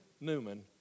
Newman